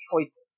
choices